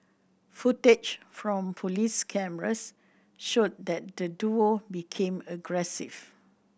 footage from police cameras showed that the duo became aggressive